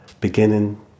beginning